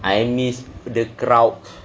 I miss the crowd